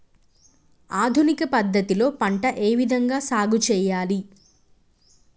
ఆధునిక పద్ధతి లో పంట ఏ విధంగా సాగు చేయాలి?